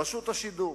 רשות השידור.